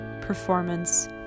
performance